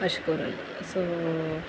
अशें करून सो